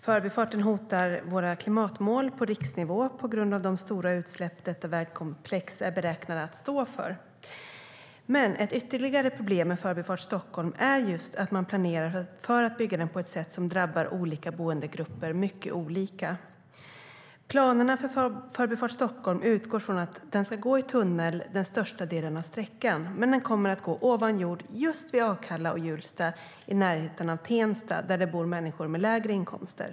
Förbifarten hotar våra klimatmål på riksnivå på grund av de stora utsläpp detta vägkomplex är beräknat att stå för. Planerna för Förbifart Stockholm utgår från att den ska gå i tunnel den största delen av sträckan, men den kommer att gå ovan jord just vid Akalla och Hjulsta i närheten av Tensta, där det bor människor med lägre inkomster.